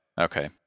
Okay